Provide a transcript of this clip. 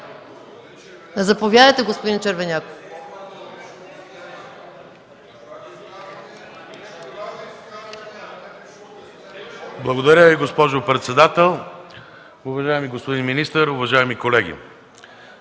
Заповядайте, господин Червеняков.